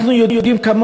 אנחנו יודעים,